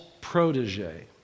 protege